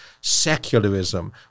secularism